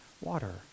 water